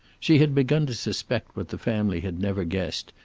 she had begun to suspect what the family had never guessed,